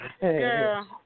Girl